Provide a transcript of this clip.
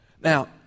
Now